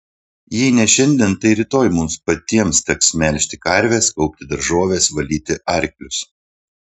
jei ne šiandien tai rytoj mums patiems teks melžti karves kaupti daržoves valyti arklius